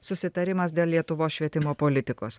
susitarimas dėl lietuvos švietimo politikos